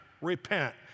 repent